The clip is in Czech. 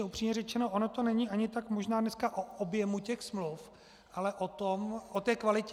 Upřímně řečeno, ono to není ani tak možná dneska o objemu smluv, ale o té kvalitě.